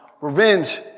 revenge